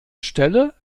stelle